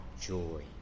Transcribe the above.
joy